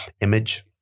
image